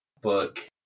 book